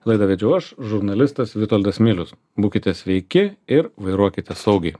laidą vedžiau aš žurnalistas vitoldas milius būkite sveiki ir vairuokite saugiai